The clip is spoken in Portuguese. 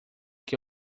que